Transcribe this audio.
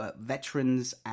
Veterans